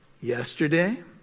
yesterday